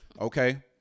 okay